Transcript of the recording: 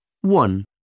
One